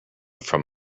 from